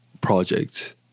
project